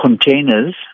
containers